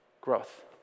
Growth